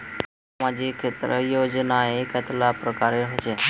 सामाजिक क्षेत्र योजनाएँ कतेला प्रकारेर होचे?